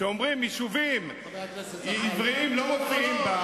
ואומרים שיישובים עבריים לא מופיעים בה